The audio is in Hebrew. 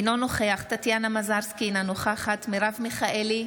אינו נוכח טטיאנה מזרסקי, אינה נוכחת מרב מיכאלי,